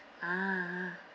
ah